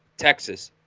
texas,